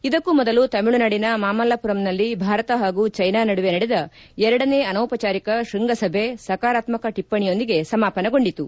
ಇದಕ್ಕೂ ಮೊದಲು ತಮಿಳುನಾಡಿನ ಮಾಮಲ್ಲಮರಂನಲ್ಲಿ ಭಾರತ ಹಾಗೂ ಜೈನಾ ನಡುವೆ ನಡೆದ ಎರಡನೇ ಅನೌಪಚಾರಿಕ ಶ್ಬಂಗಸಭೆ ಸಕಾರಾತ್ಸಕ ಟಿಪ್ಪಣಿಯೊಂದಿಗೆ ಸಮಾಪನಗೊಂಡಿತು